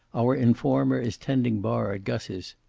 our informer is tending bar at gus's.